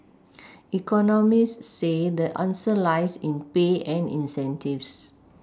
economists say the answer lies in pay and incentives